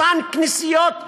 אותן כנסיות קיצוניות,